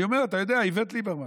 אני אומר, אתה יודע, איווט ליברמן,